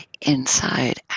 inside